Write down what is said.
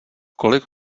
kolik